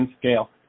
scale